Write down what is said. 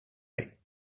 dig